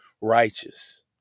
righteous